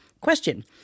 Question